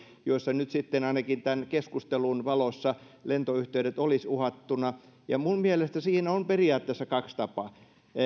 joissa nyt sitten ainakin tämän keskustelun valossa lentoyhteydet olisivat uhattuina minun mielestäni siinä on periaatteessa kaksi tapaa